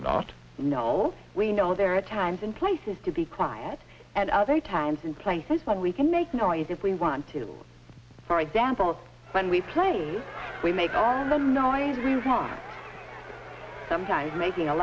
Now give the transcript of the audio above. all we know there are times and places to be quiet and other times and places when we can make noise if we want to for example when we play we make noise sometimes making a